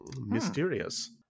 mysterious